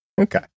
okay